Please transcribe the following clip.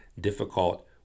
difficult